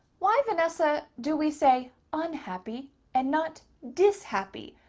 why, vanessa, do we say unhappy and not dishappy?